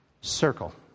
circle